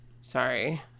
Sorry